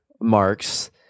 marks